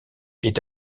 est